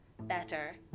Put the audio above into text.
...better